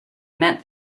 meant